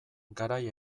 garai